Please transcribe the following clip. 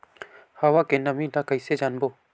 हवा के नमी ल कइसे जानबो?